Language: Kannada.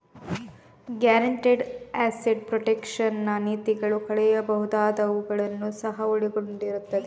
ಗ್ಯಾರಂಟಿಡ್ ಅಸೆಟ್ ಪ್ರೊಟೆಕ್ಷನ್ ನ ನೀತಿಗಳು ಕಳೆಯಬಹುದಾದವುಗಳನ್ನು ಸಹ ಒಳಗೊಂಡಿರುತ್ತವೆ